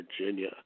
Virginia